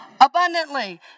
Abundantly